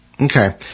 Okay